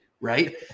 right